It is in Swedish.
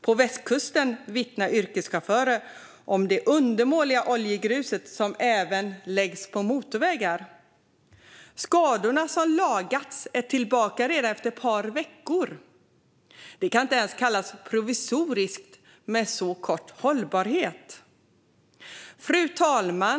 På västkusten vittnar yrkeschaufförer om det undermåliga oljegruset, som även läggs på motorvägar. Skadorna som lagats är tillbaka redan efter ett par veckor. Det kan inte ens kallas provisoriskt med så kort hållbarhet. Fru talman!